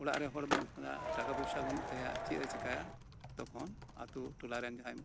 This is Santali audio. ᱚᱲᱟᱜ ᱨᱮ ᱦᱚᱲ ᱵᱟᱹᱱᱩᱜ ᱠᱚᱣᱟ ᱴᱟᱠᱟ ᱯᱚᱭᱥᱟ ᱵᱟᱹᱱᱩᱜ ᱛᱟᱭᱟ ᱪᱮᱫ ᱮ ᱪᱤᱠᱟᱹᱭᱟ ᱛᱚᱠᱷᱚᱱ ᱟᱹᱛᱳ ᱴᱚᱞᱟ ᱨᱮᱱ ᱡᱟᱦᱟᱸᱭ